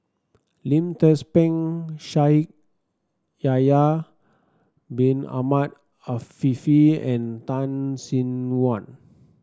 Lim Tze Peng Shaikh Yahya Bin Ahmed Afifi and Tan Sin Aun